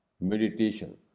meditation